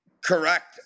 Correct